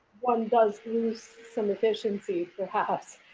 one does lose some efficiency, perhaps,